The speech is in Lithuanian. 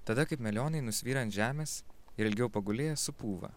tada kaip melionai nusvyra ant žemės ir ilgiau pagulėję supūva